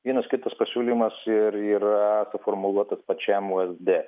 vienas kitas pasiūlymas ir yra suformuluotas pačiam vsd